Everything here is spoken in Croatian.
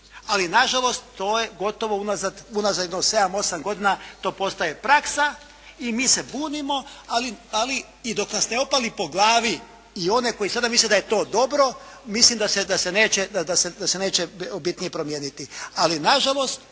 Ali nažalost to je gotovo unazad jedno sedam, osam godina to postaje praksa i mi se bunimo. Ali dok nas ne opali po glavi i one koji sada misle da je to dobro, mislim da se neće bitnije promijeniti. Ali nažalost